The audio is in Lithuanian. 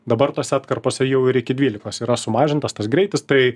dabar tose atkarpose jau ir iki dvylikos yra sumažintas tas greitis tai